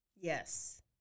Yes